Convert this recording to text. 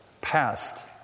past